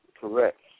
correct